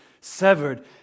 severed